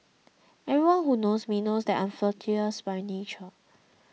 everyone who knows me knows that I flirtatious by nature